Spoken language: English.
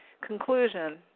Conclusion